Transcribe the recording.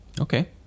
Okay